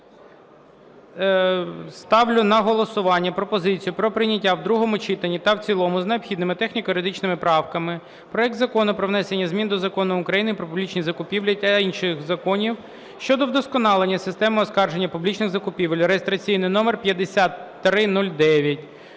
Ставлю на голосування пропозицію про прийняття в другому читанні та в цілому з необхідними техніко-юридичними правками проект Закону про внесення змін до Закону України "Про публічні закупівлі" та інших законів щодо вдосконалення системи оскарження публічних закупівель (реєстраційний номер 5309).